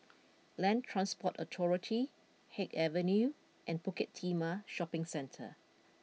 Land Transport Authority Haig Avenue and Bukit Timah Shopping Centre